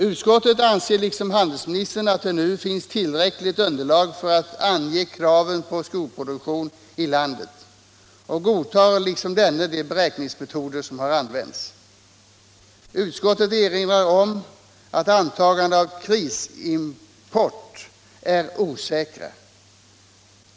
Utskottet anser, på samma sätt som handelsministern, att det nu finns 43 tillräckligt underlag för att ange kraven på en skoproduktion i landet och godtar liksom handelsministern de beräkningsmetoder som har använts. Utskottet erinrar om att antaganden om krisimport är osäkra.